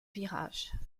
virages